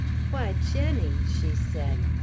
why, jenny! she said.